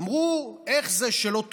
ואמרו: איך זה שלא תומכים?